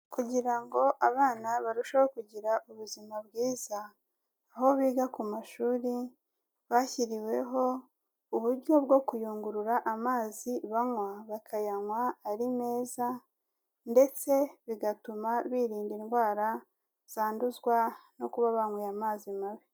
Kugira ngo abana barusheho kugira ubuzima bwiza, aho biga ku mashuri bashyiriweho uburyo bwo kuyungurura amazi banywa, bakayanywa ari meza ndetse bigatuma birinda indwara zanduzwa no kuba banyweye amazi mabi.